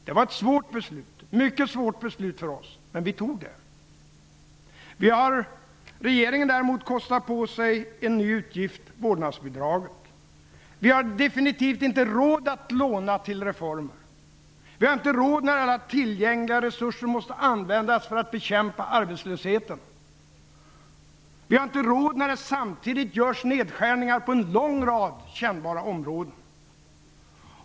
Det var ett svårt beslut, mycket svårt, men vi fattade det beslutet. Regeringen däremot, kostar på sig en ny utgift: Vi har absolut inte råd att låna till reformer. Vi har inte råd när alla tillgängliga resurser måste användas för att bekämpa arbetslösheten. Vi har inte råd när det samtidigt görs nedskärningar på en lång rad kännbara områden.